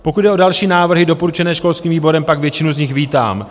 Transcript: Pokud jde o další návrhy doporučené školským výborem, pak většinu z nich vítám.